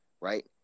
right